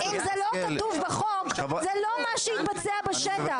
אם זה לא כתוב בחוק זה לא מה שיתבצע בשטח.